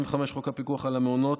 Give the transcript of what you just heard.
57. חוק עבודת הנוער,